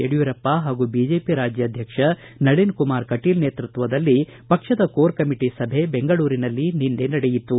ಯಡಿಯೂರಪ್ಪ ಪಾಗೂ ಬಿಜೆಪಿ ರಾಜ್ಯಾಧ್ವಕ್ಷ ನಳಿನ್ ಕುಮಾರ್ ಕಟೀಲ್ ನೇತೃತ್ವದಲ್ಲಿ ಪಕ್ಷದ ಕೋರ್ ಕಮಿಟಿ ಸಭೆ ಬೆಂಗಳೂರಿನಲ್ಲಿ ನಿನ್ನೆ ನಡೆಯಿತು